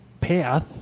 path